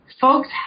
folks